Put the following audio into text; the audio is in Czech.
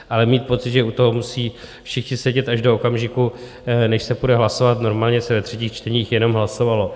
Ale mít pocit, že u toho musí všichni sedět až do okamžiku, než se půjde hlasovat, normálně se ve třetích čteních jenom hlasovalo.